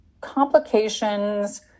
complications-